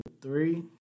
three